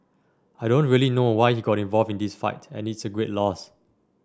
I don't really know why he got involved in this fight and it's a great loss